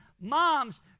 Moms